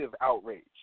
outrage